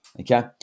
okay